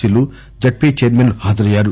seal ZP చైర్మన్లు హాజరయ్యారు